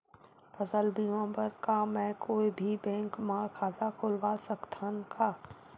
फसल बीमा बर का मैं कोई भी बैंक म खाता खोलवा सकथन का?